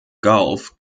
gulf